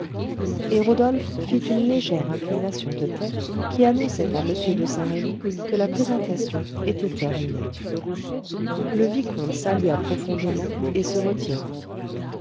et rodolphe fit une légère inclination de tête qui annonçait à m de saint-remy que la présentation était terminée le vicomte salua profondément et se retira